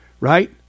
right